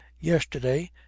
yesterday